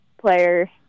player